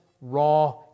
raw